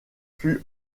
fut